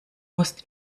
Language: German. musst